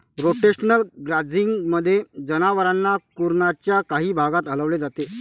rotational ग्राझिंगमध्ये, जनावरांना कुरणाच्या काही भागात हलवले जाते